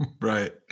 Right